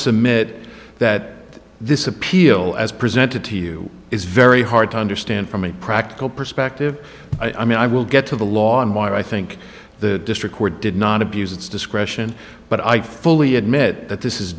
submit that this appeal as presented to you is very hard to understand from a practical perspective i mean i will get to the law on why i think the district court did not abuse its discretion but i fully admit that this is